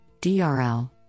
DRL